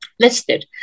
listed